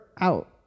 out